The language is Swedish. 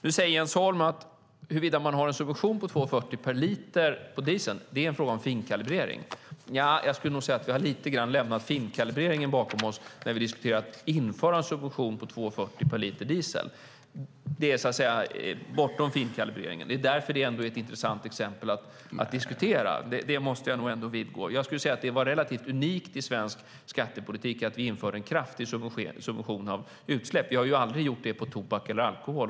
Nu säger Jens Holm att huruvida man har en subvention på 2:40 per liter diesel är en fråga om finkalibrering. Nja, jag skulle nog säga att vi lite grann har lämnat finkalibreringen bakom oss när vi diskuterar att införa en subvention på 2:40 per liter diesel. Det är så att säga bortom finkalibreringen. Det är därför det ändå är ett intressant exempel att diskutera. Det måste jag ändå vidhålla. Jag skulle säga att det var relativt unikt i svensk skattepolitik att vi införde en kraftig subvention på utsläpp. Vi har ju aldrig gjort det på tobak eller alkohol.